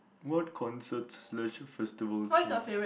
what concerts leisure festivals have